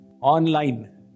online